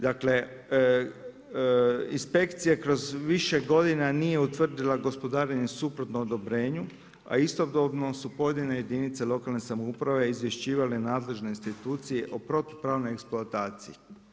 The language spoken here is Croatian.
Dakle inspekcije kroz više godina nije utvrdila gospodarenje suprotno odobrenju, a istodobno su pojedine jedinice lokalne samouprave izvješćivale nadležne institucije o protupravnoj eksploataciji.